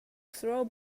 throw